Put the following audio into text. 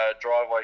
driveway